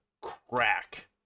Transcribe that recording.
crack